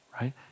right